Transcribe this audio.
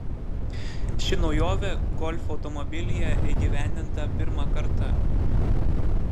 ši naujovė golf automobilyje įgyvendinta pirmą kartą